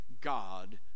God